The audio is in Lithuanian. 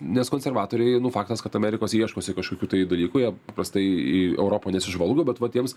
nes konservatoriai nu faktas kad amerikos ieškosi kažkokių tai dalykų jie prastai į europą nesižvalgo bet va tiems